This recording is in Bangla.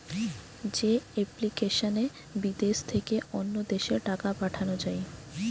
যে এপ্লিকেশনে বিদেশ থেকে অন্য দেশে টাকা পাঠান যায়